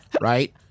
right